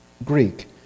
Greek